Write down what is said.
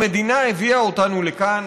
המדינה הביאה אותנו לכאן.